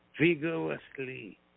vigorously